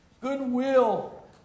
goodwill